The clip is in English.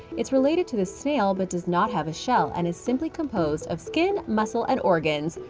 it's related to the snail but does not have a shell and is simply composed of skin, muscle, and organs.